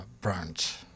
branch